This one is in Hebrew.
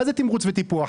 מה זה תמרוץ וטיפוח?